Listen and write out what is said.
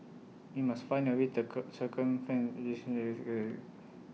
we must find A way to cure circumvent